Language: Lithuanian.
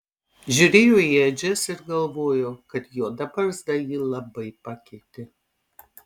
žiūrėjo į ėdžias ir galvojo kad juoda barzda jį labai pakeitė